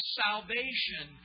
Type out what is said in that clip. salvation